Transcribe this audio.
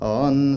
on